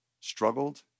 struggled